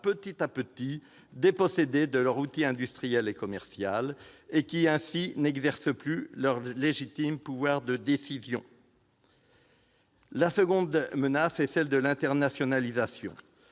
petit à petit dépossédés de leur outil industriel et commercial et empêchés d'exercer leur légitime pouvoir de décision. La seconde menace est l'internationalisation.